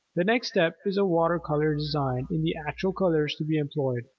the next step is a water color design in the actual colors to be employed.